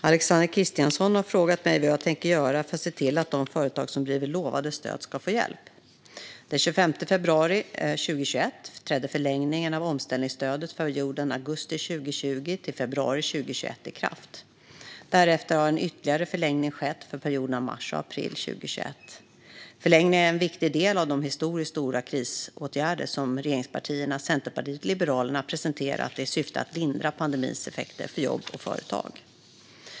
Fru talman! har frågat mig vad jag tänker göra för att se till att de företag som blivit lovade stöd ska få hjälp. Den 25 februari 2021 trädde förlängningen av omställningsstödet för perioden augusti 2020 till februari 2021 i kraft. Därefter har en ytterligare förlängning skett för perioderna mars och april 2021. Förlängningarna är en viktig del av de historiskt stora krisåtgärder som regeringspartierna, Centerpartiet och Liberalerna presenterat i syfte att lindra pandemins effekter för jobb och företag.